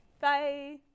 bye